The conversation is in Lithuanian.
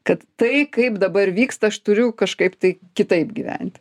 kad tai kaip dabar vyksta aš turiu kažkaip tai kitaip gyventi